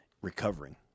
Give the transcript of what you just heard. recovering